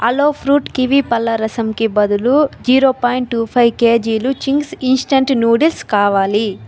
ఆలో fruit kiwi పళ్ల రసం కి బదులు జీరో పాయింట్ టూ ఫైవ్ కేజీలు చింగ్స్ ఇంస్టంట్ నూడిల్స్ కావాలి